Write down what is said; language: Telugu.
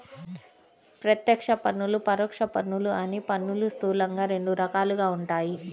ప్రత్యక్ష పన్నులు, పరోక్ష పన్నులు అని పన్నులు స్థూలంగా రెండు రకాలుగా ఉంటాయి